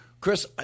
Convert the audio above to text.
Chris